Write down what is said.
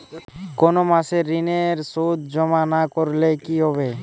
কোনো মাসে ঋণের সুদ জমা না করলে কি হবে?